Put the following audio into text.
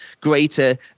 greater